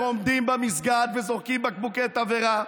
עומדים במסגד וזורקים בקבוקי תבערה.